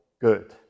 good